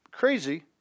crazy